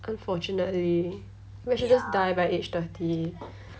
unfortunately we should just die by age thirty